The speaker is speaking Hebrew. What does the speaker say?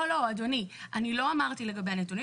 לא, לא, אדוני, אני לא אמרתי לגבי הנתונים.